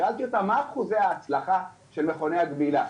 ושאלתי אותם מה אחוזי ההצלחה של מכוני הגמילה,